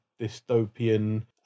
dystopian